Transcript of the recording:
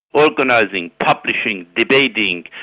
organising, publishing, debating,